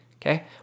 Okay